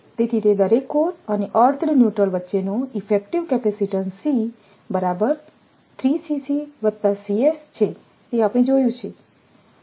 તેથી તે દરેક કોર અને અર્થડ ન્યુટ્રલ વચ્ચેનો ઇફેક્ટિવ કેપેસિટીન્સ છે તે આપણે જોયું છે